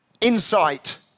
insight